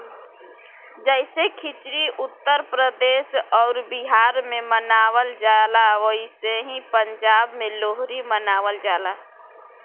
जैसे खिचड़ी उत्तर प्रदेश अउर बिहार मे मनावल जाला ओसही पंजाब मे लोहरी मनावल जाला